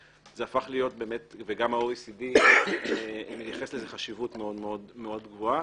זה הפך להיות באמת וגם ה-OECD מייחס לזה חשיבות מאוד-מאוד-מאוד גבוהה.